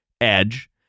edge